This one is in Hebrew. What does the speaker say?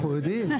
אנחנו יודעים.